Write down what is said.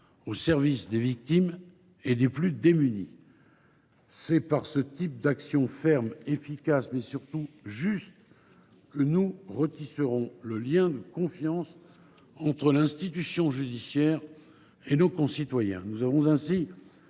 au service des victimes et des plus démunis. C’est par ce type d’actions fermes, efficaces, mais surtout justes, que nous retisserons le lien de confiance entre l’institution judiciaire et nos concitoyens.